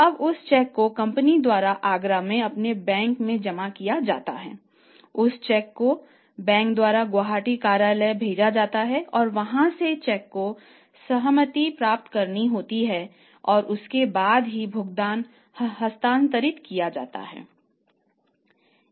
अब उस चेक को कंपनी द्वारा आगरा में अपने बैंक में जमा किया जाता है उस चेक को बैंक द्वारा गुवाहाटी कार्यालय भेजा जाता है और वहाँ से चेक की सहमति प्राप्त करनी होती है और उसके बाद ही भुगतान हस्तांतरित किया जाता है